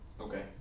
Okay